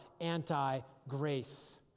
anti-grace